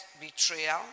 betrayal